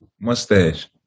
mustache